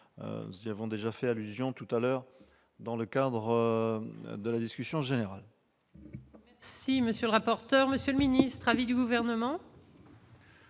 Nous y avons déjà fait allusion dans le cadre de la discussion générale.